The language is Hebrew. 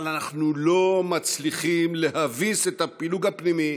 אבל אנחנו לא מצליחים להביס את הפילוג הפנימי